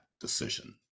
decision